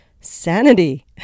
sanity